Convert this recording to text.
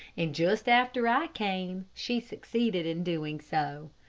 and just after i came, she succeeded in doing so,